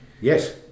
yes